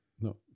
No